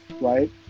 right